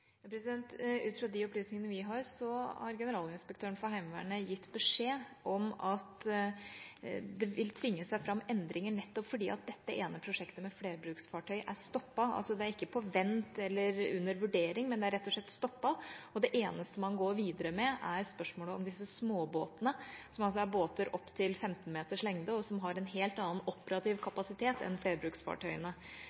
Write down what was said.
Ut fra de opplysningene vi har, har generalinspektøren for Heimevernet gitt beskjed om at det vil tvinge seg fram endringer, nettopp fordi dette ene prosjektet med flerbruksfartøy er stoppet. Det er altså ikke på vent eller under vurdering, men det er rett og slett stoppet. Det eneste man går videre med, er spørsmålet om disse småbåtene, som altså er båter opptil 15 meters lengde, og som har en helt annen operativ